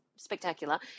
spectacular